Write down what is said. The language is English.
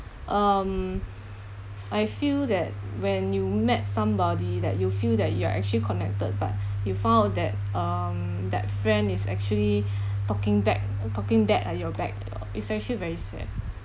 um I feel that when you met somebody that you feel that you are actually connected but you found that um that friend is actually talking bad and talking bad at your back you know is actually very sad